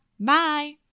Bye